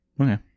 Okay